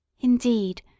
Indeed